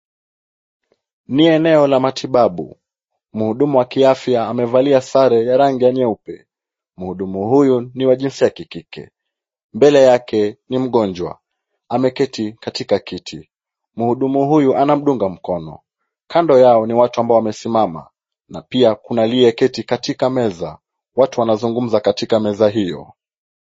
Ni eneo la matibabu. Mhudumu wa kiafya amevalia sare ya rangi ya nyeupe. Mhudumu huyo ni wa jinsia yake kike. Mbele yake ni mgonjwa ameketi katika kiti. Mhudumu huyu anamdunga mkono. Kando yao ni watu ambao wamesimama na pia kuna aliyeketi katika meza. Watu wanazungumza katika meza hiyo.